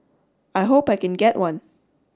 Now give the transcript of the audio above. I hope I can get one